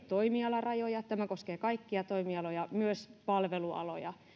toimialarajoja tämä koskee kaikkia toimialoja myös palvelualoja